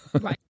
Right